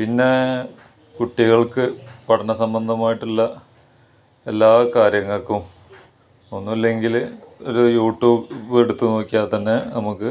പിന്നേ കുട്ടികള്ക്ക് പഠന സംബന്ധമായിട്ടുള്ള എല്ലാ കാര്യങ്ങൾക്കും ഒന്നും ഇല്ലെങ്കില് ഒരു യൂട്യൂബ് എടുത്ത് നോക്കിയാൽ തന്നെ നമുക്ക്